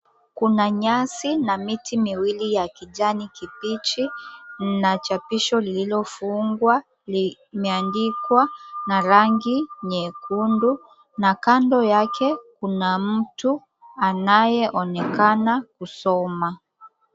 Kuna nyasi na miti miwili ya kijani kibichi na chapisho, lililofungwa limeandikwa na rangi nyekundu na kando yake kuna mtu anayeonekana kusoma.